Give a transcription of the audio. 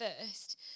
first